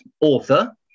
author